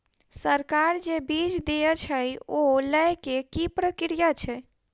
सरकार जे बीज देय छै ओ लय केँ की प्रक्रिया छै?